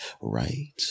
right